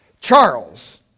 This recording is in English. Charles